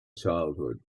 childhood